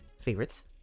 favorites